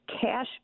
Cash